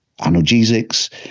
analgesics